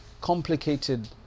complicated